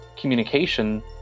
communication